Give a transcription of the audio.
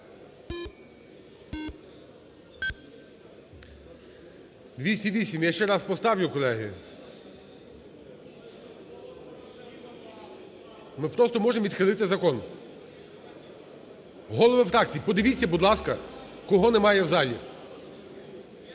За-208 Я ще раз поставлю, колеги. Ми просто можемо відхилити закон. Голови фракцій, подивіться, будь ласка, кого немає в залі.